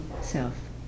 self